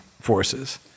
forces